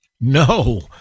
no